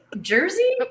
Jersey